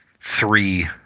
three